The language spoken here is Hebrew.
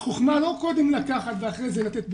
החוכמה היא לא קודם לקחת ואחרי זה לתת פתרון.